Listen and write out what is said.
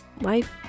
life